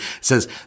says